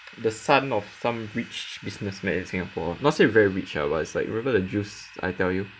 the son of some rich businessman in Singapore not say very rich lah but it's like remember the juice I tell you